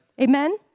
Amen